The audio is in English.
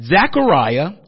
Zechariah